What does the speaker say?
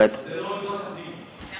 אבל זו לא אותה תוכנית.